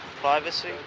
Privacy